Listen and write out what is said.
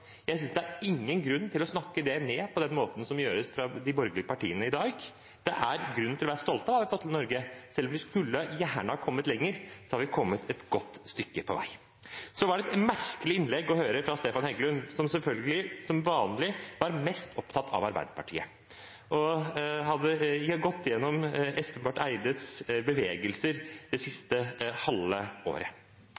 Det er ingen grunn til å snakke det ned på den måten som gjøres av de borgerlige partiene i dag. Det er grunn til å være stolt av det vi har fått til i Norge – selv om vi gjerne skulle være kommet lenger, er vi kommet et godt stykke på vei. Det var et merkelig innlegg å høre fra representanten Stefan Heggelund, som selvfølgelig, som vanlig, var mest opptatt av Arbeiderpartiet og hadde gått igjennom representanten Espen Barth Eides bevegelser det